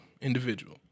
individual